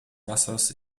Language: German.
wassers